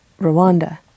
Rwanda